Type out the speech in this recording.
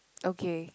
okay